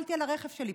הסתכלתי על הרכב שלי.